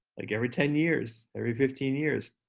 like every ten years, every fifteen years.